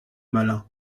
malin